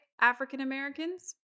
African-Americans